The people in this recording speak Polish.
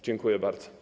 Dziękuję bardzo.